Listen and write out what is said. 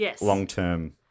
long-term